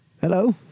Hello